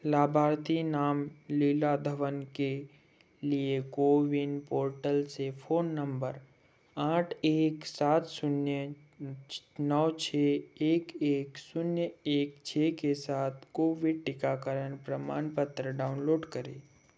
लाभार्थी नाम लीला धवन के लिए कोविन पोर्टल से फ़ोन नंबर आठ एक सात शून्य नौ छ एक एक शून्य एक छ के साथ कोविड टीकाकरण प्रमाणपत्र डाउनलोड करें